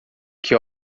que